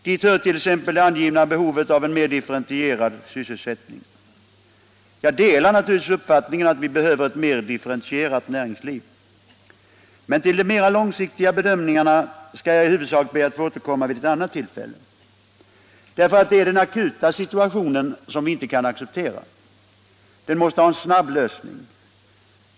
Dit hör t.ex. det angivna behovet av en mer differentierad sysselsättning. Jag delar naturligtvis uppfattningen att vi behöver ett mer differentierat näringsliv. Men till de mera långsiktiga bedömningarna skall jag i huvudsak be att få återkomma vid ett annat tillfälle. Det är den akuta situationen som vi inte kan acceptera. Den måste få en snabb lösning.